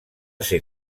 ser